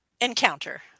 Encounter